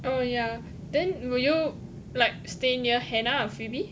oh yah then will you like stay near hannah or phoebe